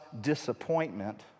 disappointment